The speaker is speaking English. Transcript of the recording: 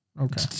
Okay